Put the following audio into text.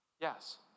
yes